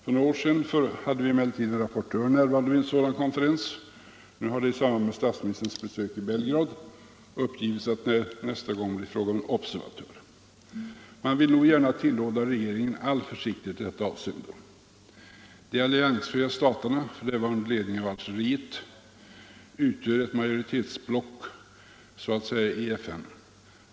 För något år sedan hade vi en rapportör närvarande vid en sådan konferens; nu har det i samband med statsministerns besök i Belgrad uppgivits att det nästa gång blir fråga om en observatör. Man vill nog gärna tillråda regeringen all försiktighet i detta avseende. De alliansfria staterna, f.n. under ledning av Algeriet, utgör ett majoritetsblock så att säga i FN.